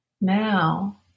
Now